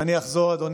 אתן מנהלות דיון